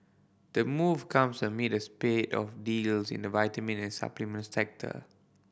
the move comes amid a spate of deals in the vitamin and supplement sector